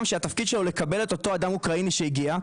שהתפקיד שלו לקבל את אותו אדם אוקראיני שהגיע.